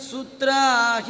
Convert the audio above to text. Sutra